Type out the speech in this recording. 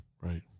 right